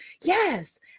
Yes